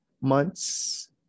months